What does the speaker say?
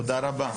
תודה רבה.